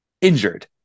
injured